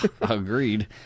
Agreed